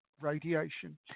radiation